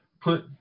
put